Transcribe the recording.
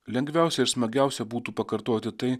lengviausia ir smagiausia būtų pakartoti tai